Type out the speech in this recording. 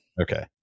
Okay